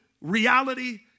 reality